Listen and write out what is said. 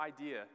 idea